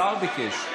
השר ביקש.